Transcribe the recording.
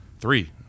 three